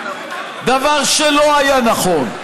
דבר שלא היה נכון,